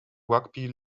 rugby